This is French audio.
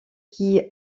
qui